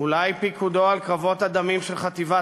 אולי פיקודו על קרבות הדמים של חטיבות